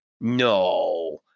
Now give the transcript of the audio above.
no